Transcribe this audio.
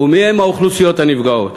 ומי הן האוכלוסיות הנפגעות?